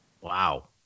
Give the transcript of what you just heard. Wow